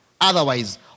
Otherwise